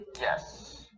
Yes